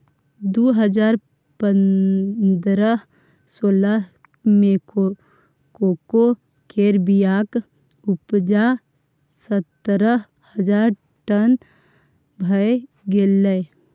दु हजार पनरह सोलह मे कोको केर बीयाक उपजा सतरह हजार टन भए गेलै